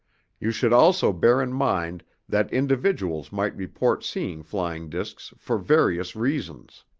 you should also bear in mind that individuals might report seeing flying discs for various reasons.